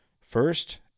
first